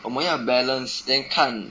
我们要 balance then 看